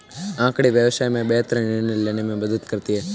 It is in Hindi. आँकड़े व्यवसाय में बेहतर निर्णय लेने में मदद करते हैं